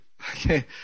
Okay